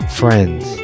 friends